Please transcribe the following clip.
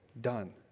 done